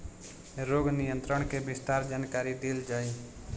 रोग नियंत्रण के विस्तार जानकरी देल जाई?